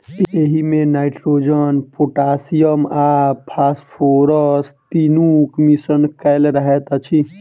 एहिमे nitrogen, potassium आ phosphorus तीनूक मिश्रण कएल रहैत अछि